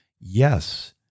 yes